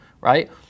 right